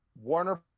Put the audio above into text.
warner